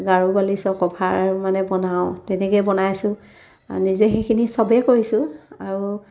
গাৰু গালিচৰ কভাৰ মানে বনাওঁ তেনেকৈয়ে বনাইছোঁ নিজে সেইখিনি চবেই কৰিছোঁ আৰু